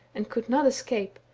and could not escape,